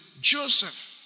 Joseph